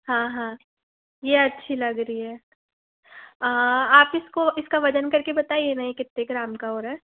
हाँ हाँ ये अच्छी लग रही है आप इसको इसका वज़न करके बताइए ना ये कितने ग्राम का हो रहा है